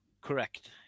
correct